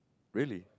really